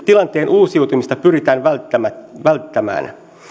tilanteen uusiutumista pyritään välttämään